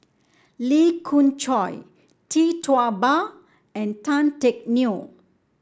Lee Khoon Choy Tee Tua Ba and Tan Teck Neo